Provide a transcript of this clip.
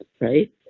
right